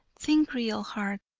think real hard.